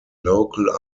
local